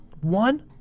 one